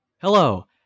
Hello